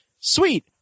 sweet